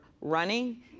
running